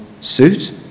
suit